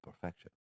perfection